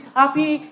happy